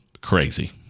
crazy